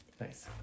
Nice